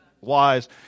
wise